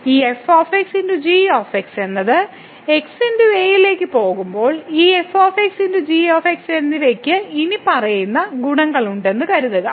ഈ f g എന്നത് x a ലേക്ക് പോകുമ്പോൾ ഈ f g എന്നിവയ്ക്ക് ഇനിപ്പറയുന്ന ഗുണങ്ങളുണ്ടെന്ന് കരുതുക